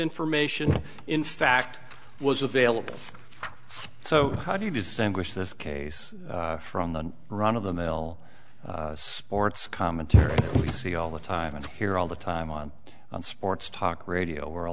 information in fact was available so how do you distinguish this case from the run of the mill sports commentary we see all the time and hear all the time on sports talk radio where a